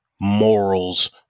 morals